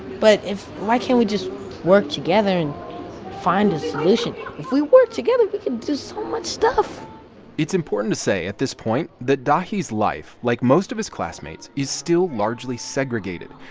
but if why can't we just work together and find a solution? if we work together, we can do so much stuff it's important to say at this point that dahi's life, like most of his classmates', is still largely segregated.